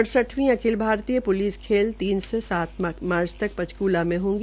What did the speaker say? अड़सठवी अखिल भारतीय प्लिस खेलें तीन से सात मार्च तक पंचकूला में होगी